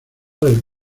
del